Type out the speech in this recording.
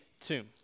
tomb